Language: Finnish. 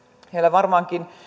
varmaankin